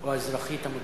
או האזרחית המודאגת.